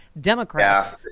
Democrats